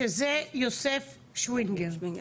שזה יוסף שווינגר.